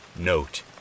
Note